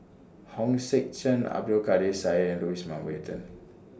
Hong Sek Chern Abdul Kadir Syed and Louis Mountbatten